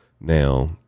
Now